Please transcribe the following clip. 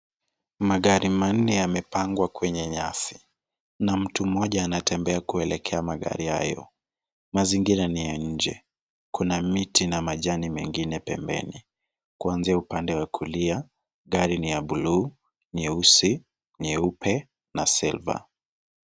Magari manne yamepangwa kwenye nyasi na mtu mmoja anatembea kuelekea magari hayo. Mazingira ni ya nje: kuna miti na majani mengine pembeni. Kuanzia upande wa kulia, gari ni ya bluu, nyeusi, nyeupe na silver .